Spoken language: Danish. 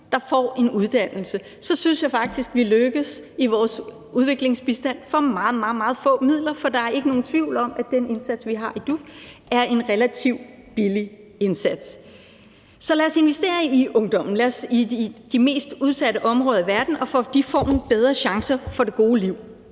der får en uddannelse, og så synes jeg faktisk, vi lykkes i vores udviklingsbistand for meget, meget få midler. For der er ikke nogen tvivl om, at den indsats, vi har i DUF, er en relativt billig indsats. Så lad os investere i ungdommen i de mest udsatte områder i verden og i, at de får nogle bedre chancer for det gode liv